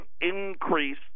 increase